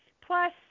Plus